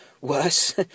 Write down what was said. worse